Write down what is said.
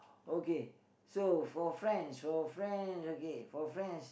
okay so for French for French okay for French